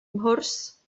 mhwrs